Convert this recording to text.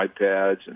iPads